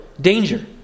danger